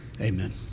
amen